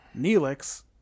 Neelix